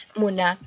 muna